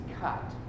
cut